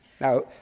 Now